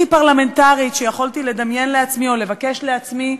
פרלמנטרית שיכולתי לדמיין לעצמי או לבקש לעצמי,